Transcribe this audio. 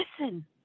listen